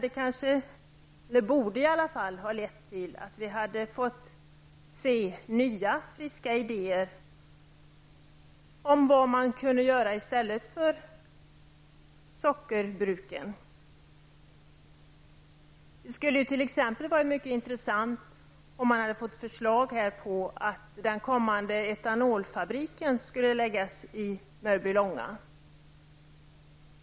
En sådan analys borde leda till nya friska idéer om vad som kunde sättas in som ersättning för sockerbruken. Det skulle t.ex. ha varit mycket intressant att här få ett förslag om att den kommande etanolfabriken skulle förläggas till Mörbylånga.